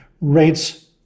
rates